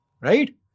right